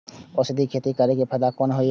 औषधि खेती करे स फायदा होय अछि?